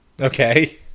okay